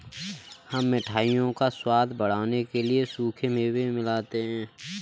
हम मिठाइयों का स्वाद बढ़ाने के लिए सूखे मेवे मिलाते हैं